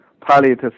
pilot